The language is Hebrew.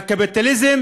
הקפיטליזם